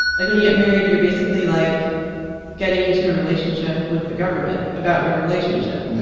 like when you get married, you're basically like getting into a relationship with the government about your relationship.